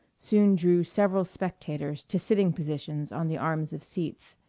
soon drew several spectators to sitting positions on the arms of seats.